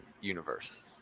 universe